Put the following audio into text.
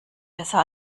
besser